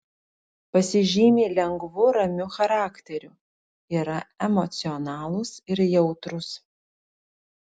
pasižymi lengvu ramiu charakteriu yra emocionalūs ir jautrūs